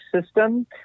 system